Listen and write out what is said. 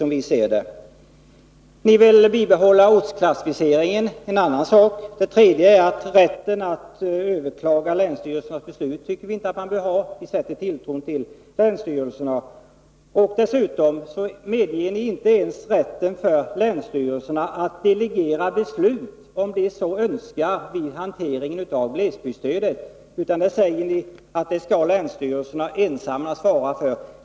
Ett annat exempel är att ni vill bibehålla ortsklassificeringen, och ett tredje är att ni inte tycker att man skall införa rätten att överklaga länsstyrelsernas beslut, utan ni sätter tilltro till länsstyrelserna. Dessutom vill ni inte ens ge länsstyrelserna rätten att om de så önskar delegera beslut vid hanteringen av glesbygdsstödet, utan ni säger att länsstyrelserna ensamma skall svara för detta.